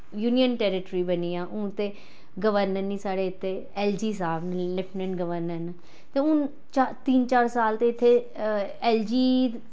union territory बनिया हून ते गवर्नर निं साढ़े इत्थे एल जी साह्ब न लेफ्टिनेंट गवर्नर न ते हून चार तिन्न चार साल ते इत्थे ऐल जी